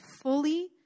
fully